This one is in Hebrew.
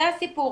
זה הסיפור.